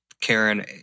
Karen